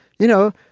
you know,